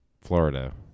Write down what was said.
Florida